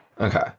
okay